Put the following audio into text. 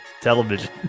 television